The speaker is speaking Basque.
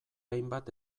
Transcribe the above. hainbat